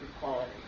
equality